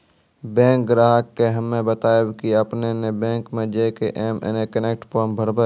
bank ग्राहक के हम्मे बतायब की आपने ने बैंक मे जय के एम कनेक्ट फॉर्म भरबऽ